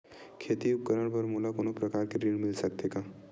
खेती उपकरण बर मोला कोनो प्रकार के ऋण मिल सकथे का?